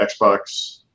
Xbox